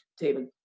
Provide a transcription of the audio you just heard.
David